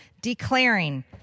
declaring